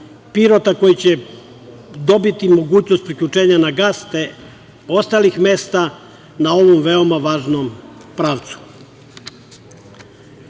Pirota koji će dobiti mogućnost priključenja na gas, te ostalih mesta na ovom veoma važnom pravcu. Još